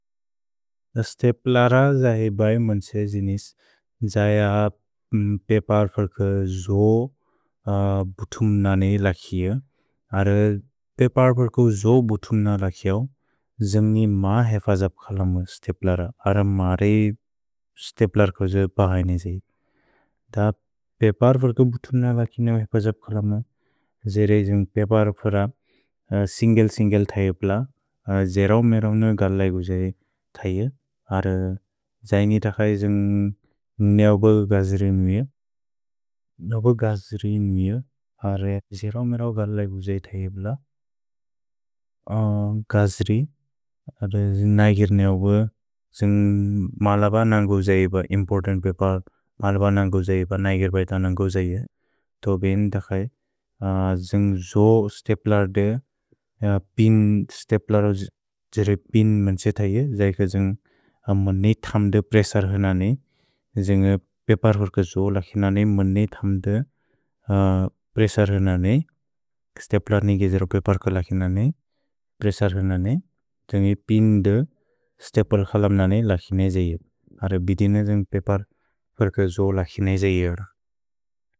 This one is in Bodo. स्तेप्लर जहे बए मन् त्से जिनिस् जय पेपर् फर्के जो बुतुम् नने लकिअ। अर पेपर् फर्के जो बुतुम् नने लकिऔ जन्ग्नि मा हेफजप् खलमु स्तेप्लर। अर मारे स्तेप्लर्को जो पहैनि जै। द पेपर् फर्के बुतुम् नने लकिऔ हेफजप् खलमु। जेरे जन्ग्नि पेपर् फर सिन्गेल् सिन्गेल् थयेप्ल। जेरओ मेरओ नु गर्लै गुजै थये। अर जैनि तखै जन्ग्नि अव्ब गज्रि नुइअ। अर जेरओ मेरओ गर्लै गुजै थयेप्ल। गज्रि, नगिर्ने अव्ब जन्ग् मलब नन्गु जयेब, इम्पोर्तन्त् पेपल् मलब नन्गु जयेब, नगिर् बैत नन्गु जयेब। तो बेइन् तखै जन्ग् जो स्तेप्लर्द, पिन् स्तेप्लर, जेरे पिन् मन् त्से थये। जयि क जन्ग् मन्ने थम्द प्रेसर् हुनने। जन्ग्नि पेपर् फर्के जो लकिन नने, मन्ने थम्द प्रेसर् हुनने। स्तेप्लर्नि गेजरो पेपर्को लकिन नने, प्रेसर् हुनने। जन्ग्नि पिन् दे स्तेपल् खलम् नने लकिन जये। अर बिदिन जन्ग्नि पेपर् फर्के जो लकिन जये अर।